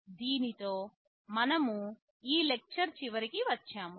దీనితో మనం ఈ లెక్చర్ చివరికి వచ్చాము